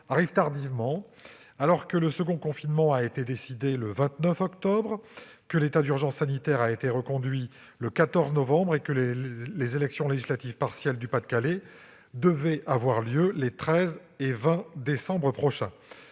arrive tardivement, alors que le second confinement a été décidé le 29 octobre, que l'état d'urgence sanitaire a été reconduit le 14 novembre et que l'élection législative partielle du Pas-de-Calais devait avoir lieu les 13 et 20 décembre prochain.